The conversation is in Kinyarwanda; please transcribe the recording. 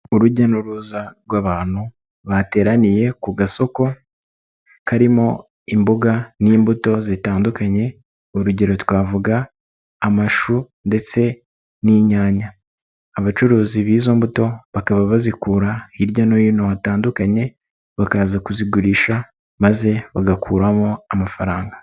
Urujya n'uruza rw'abantu bateraniye ku gasoko karimo imboga n'imbuto zitandukanye, urugero twavuga amashu ndetse n'inyanya. Abacuruzi b'izo mbuto bakaba bazikura hirya no hino hatandukanye, bakaza kuzigurisha maze bagakuramo amafaranga.